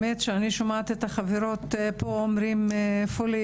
אני שומעת את החברות מדברות על תפוסה מלאה